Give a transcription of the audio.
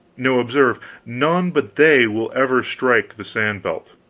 now, observe none but they will ever strike the sand-belt!